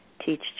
teach